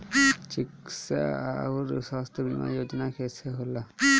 चिकित्सा आऊर स्वास्थ्य बीमा योजना कैसे होला?